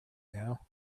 now